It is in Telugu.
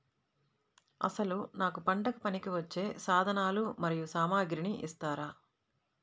అసలు నాకు పంటకు పనికివచ్చే సాధనాలు మరియు సామగ్రిని ఇస్తారా?